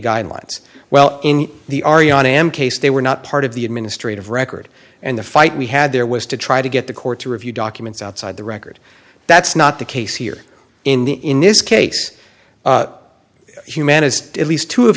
guidelines well in the arianne am case they were not part of the administrative record and the fight we had there was to try to get the court to review documents outside the record that's not the case here in the in this case humana at least two of